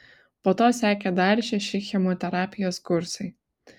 po to sekė dar šeši chemoterapijos kursai